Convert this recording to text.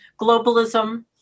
globalism